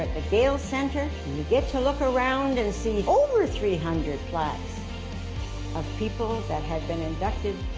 the gale center, when you get to look around and see over three hundred plaques of people that have been inducted